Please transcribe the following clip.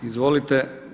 Izvolite.